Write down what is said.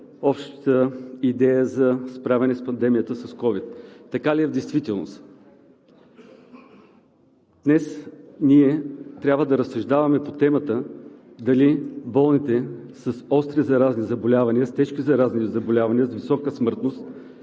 общата идея за справяне с пандемията ковид. Така ли е в действителност? Днес ние трябва да разсъждаваме по темата дали болните с остри заразни заболявания, с тежки заразни заболявания с висока смъртност,